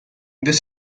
this